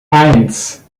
eins